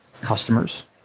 customers